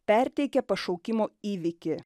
perteikia pašaukimo įvykį